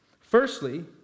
Firstly